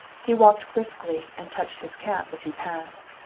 he walked briskly and touched his cap as he passed.